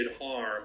harm